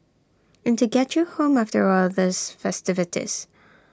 and to get you home after all the festivities